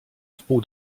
wpół